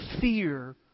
fear